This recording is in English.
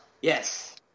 Yes